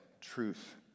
truth